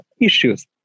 issues